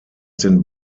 den